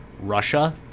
Russia